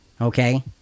okay